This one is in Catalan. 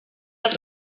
dels